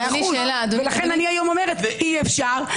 לכן אני אומרת שאי אפשר.